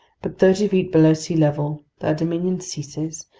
but thirty feet below sea level, their dominion ceases,